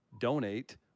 donate